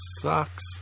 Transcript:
sucks